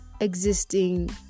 existing